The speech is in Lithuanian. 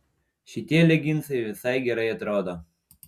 šitie leginsai visai gerai atrodo